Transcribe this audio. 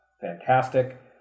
fantastic